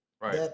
right